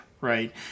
right